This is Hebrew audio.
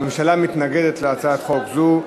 הממשלה מתנגדת להצעת חוק זו.